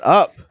up